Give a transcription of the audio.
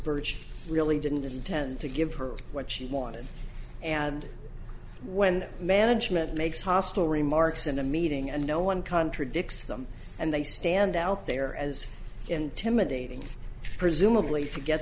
burch really didn't intend to give her what she wanted and when management makes hostile remarks in a meeting and no one contradicts them and they stand out there as intimidating presumably